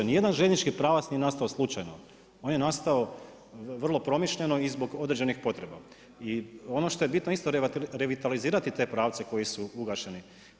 Nijedan željeznički pravac nije nastavo slučajno, on je nastao vrlo promišljeno i zbog određenih potreba i ono što je bitno isto revitalizirati te pravce koji su ugašeni.